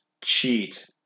cheat